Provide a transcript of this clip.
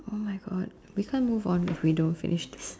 !oh-my-God! we can't move on if we don't finish this